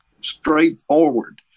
straightforward